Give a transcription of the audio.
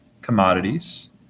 commodities